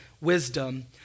wisdom